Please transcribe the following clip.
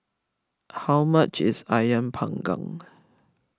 how much is Ayam Panggang